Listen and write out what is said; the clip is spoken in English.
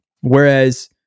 whereas